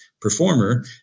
performer